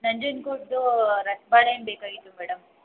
ನಂಜನಗೂಡ್ದು ರಸ ಬಾಳೆಹಣ್ ಬೇಕಾಗಿತ್ತು ಮೇಡಮ್